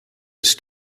ist